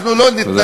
אנחנו לא נתנדף.